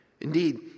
Indeed